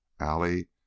allie